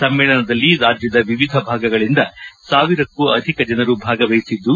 ಸಮ್ಮೇಳನದಲ್ಲಿ ರಾಜ್ಯದ ವಿವಿಧ ಭಾಗಗಳಿಂದ ಸಾವಿರಕ್ಕೂ ಅಧಿಕ ಜನರು ಭಾಗವಹಿಸಿದ್ದು